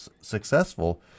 successful